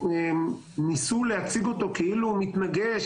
ניסו להציג אותו כאילו הוא מתנגש.